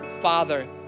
Father